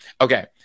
Okay